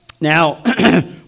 Now